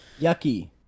Yucky